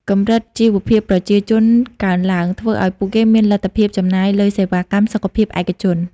កម្រិតជីវភាពប្រជាជនកើនឡើង ធ្វើឱ្យពួកគេមានលទ្ធភាពចំណាយលើសេវាកម្មសុខភាពឯកជន។